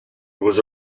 was